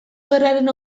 gerraren